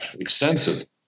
extensive